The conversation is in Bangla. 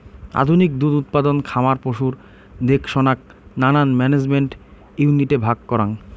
আধুনিক দুধ উৎপাদন খামার পশুর দেখসনাক নানান ম্যানেজমেন্ট ইউনিটে ভাগ করাং